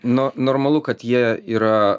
nu normalu kad jie yra